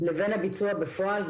לבין הביצוע בפועל.